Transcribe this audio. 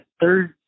third